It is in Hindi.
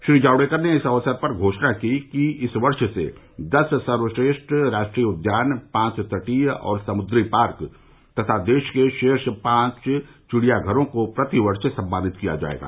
श्री जावडेकर ने इस अवसर पर घोषणा की कि इस वर्ष से दस सर्वश्रेष्ठ राष्ट्रीय उद्यान पांच तटीय और समुद्री पार्क तथा देश के शीर्ष पांच चिड़ियाघरों को प्रतिवर्ष सम्मानित किया जाएगा